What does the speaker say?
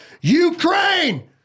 Ukraine